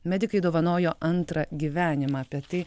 medikai dovanojo antrą gyvenimą apie tai